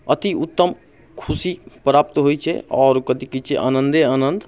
अतिउत्तम खुशी प्राप्त होइ छै आओर कथी कहै छै आनन्दे आनन्द